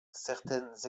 certaines